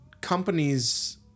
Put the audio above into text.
companies